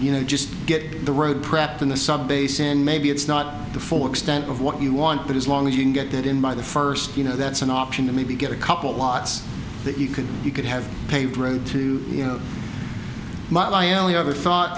you know just get the road prepped in the sub base and maybe it's not the full extent of what you want but as long as you can get that in by the first you know that's an option to maybe get a couple of watts that you could you could have paved road to you know my only other thought